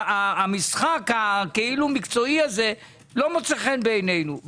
המשחק הכאילו מקצועי הזה לא מוצא חן בעינינו.